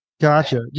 Gotcha